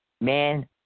man